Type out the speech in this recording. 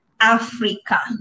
Africa